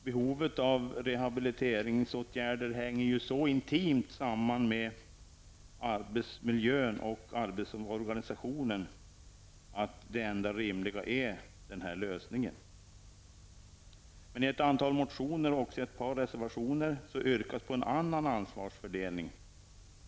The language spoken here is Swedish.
Behovet av rehabiliteringsåtgärder hänger så intimt samman med arbetsmiljön och arbetsorganisationen att den här lösningen är den enda rimliga. I ett antal motioner och även i ett par reservationer yrkas på en annan ansvarsfördelning.